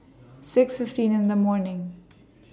six fifteen in The morning